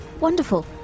wonderful